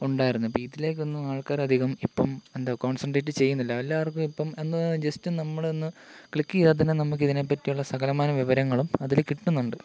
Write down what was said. ഉണ്ടായിരുന്നു ഇപ്പോൾ ഇതിലേക്കൊന്നും ആൾക്കാർ അധികം ഇപ്പം എന്താ കോൺസെൻട്രേറ്റ് ചെയ്യുന്നില്ല എല്ലാർക്കും ഇപ്പം ഒന്ന് ജസ്റ്റ് നമ്മൾ ഒന്ന് ക്ലിക്ക് ചെയ്താൽ തന്നെ നമുക്ക് ഇതിനെപ്പറ്റിയുള്ള സകലമാന വിവരങ്ങളും അതിൽ കിട്ടുന്നുണ്ട്